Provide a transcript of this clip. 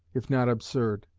if not absurd.